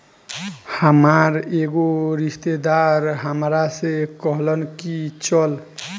हामार एगो रिस्तेदार हामरा से कहलन की चलऽ